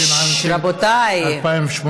התשע"ט 2018, רבותיי.